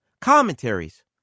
commentaries